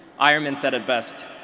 ironmen said it best,